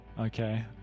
Okay